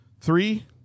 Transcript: Three